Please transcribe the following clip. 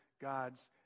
God's